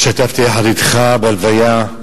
השתתפתי יחד אתך בהלוויה.